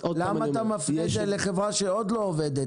למה אתה מפנה את הטענה לחברה שעוד לא עובדת?